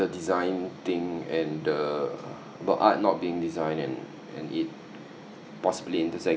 the design thing and the about art not being design and and it possibly intersecting